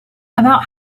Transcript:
about